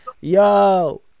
Yo